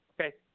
okay